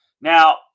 Now